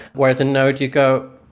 whereas in node you go,